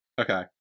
Okay